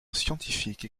scientifique